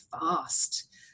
fast